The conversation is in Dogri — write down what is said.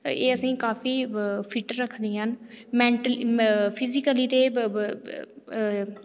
ए असेंई काफी फिट रखदियां न मैन्टली फिजिकली ते